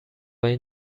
این